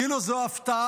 כאילו זו הפתעה?